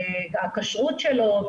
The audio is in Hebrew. כשרות שלו,